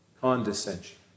condescension